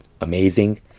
amazing